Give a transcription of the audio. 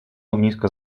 ognisko